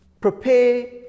prepare